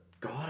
God